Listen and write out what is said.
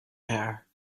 hair